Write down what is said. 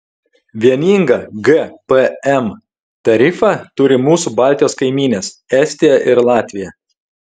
vieningą gpm tarifą turi mūsų baltijos kaimynės estija ir latvija